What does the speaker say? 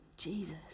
Jesus